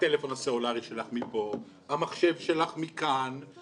הטלפון הסלולרי שלך מפה, המחשב שלך מכאן,